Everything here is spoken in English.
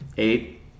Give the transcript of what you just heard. Eight